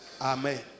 Amen